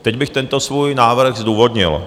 Teď bych tento svůj návrh zdůvodnil.